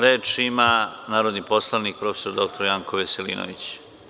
Reč ima narodni poslanik prof. dr Janko Veselinović.